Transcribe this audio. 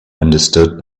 understood